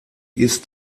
ist